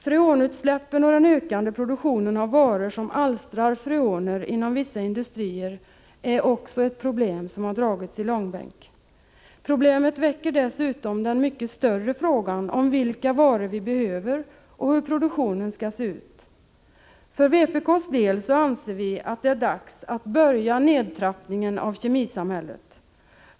Freonutsläppen och den ökande produktionen av varor som alstrar freoner inom vissa industrier är också ett problem som har dragits i långbänk. Problemet väcker dessutom den mycket större frågan om vilka varor vi behöver och hur produktionen skall se ut. För vpk:s del anser vi att det är dags att börja nedtrappningen av kemisamhället.